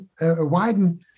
widen